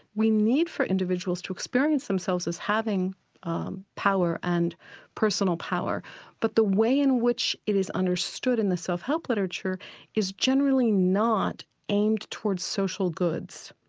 we need for individuals to experience themselves as having um power and personal power but the way in which it is understood in the self-help literature is generally not aimed towards social goods.